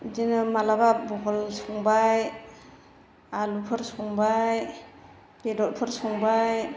बेदिनो मालाबा बहल संबाय आलुफोर संबाय बेदरफोर संबाय